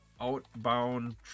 outbound